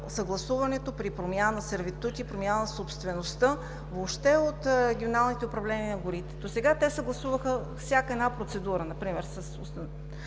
съгласуването при учредяване на сервитути и промяна на собствеността въобще от регионалните управления на горите. Досега те съгласуваха всяка една процедура например при